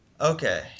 Okay